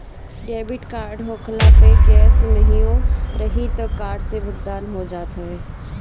debit card होखला पअ cash नाहियो रही तअ कार्ड से भुगतान हो जात हवे